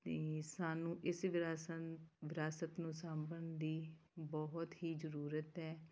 ਅਤੇ ਸਾਨੂੰ ਇਸੇ ਵਿਰਾਸਨ ਵਿਰਾਸਤ ਨੂੰ ਸਾਂਭਣ ਦੀ ਬਹੁਤ ਹੀ ਜ਼ਰੂਰਤ ਹੈ